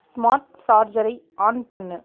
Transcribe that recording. smart சார்ஜரை on பண்ணு